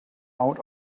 out